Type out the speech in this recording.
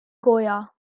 goya